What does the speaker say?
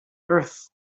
earth